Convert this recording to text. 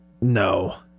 No